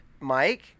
Mike